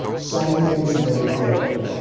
some things never get old.